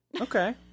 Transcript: Okay